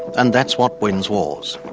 and that's what wins wars.